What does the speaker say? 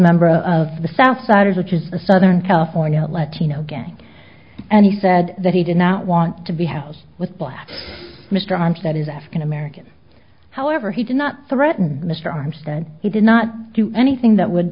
member of the south side which is the southern california led tino gang and he said that he did not want to be held with black mr arms that is african american however he did not threaten mr armstead he did not do anything that would